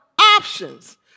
options